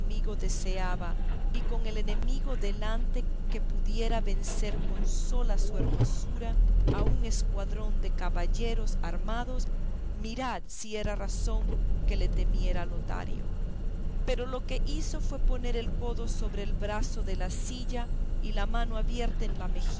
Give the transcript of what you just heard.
amigo deseaba y con el enemigo delante que pudiera vencer con sola su hermosura a un escuadrón de caballeros armados mirad si era razón que le temiera lotario pero lo que hizo fue poner el codo sobre el brazo de la silla y la mano abierta en la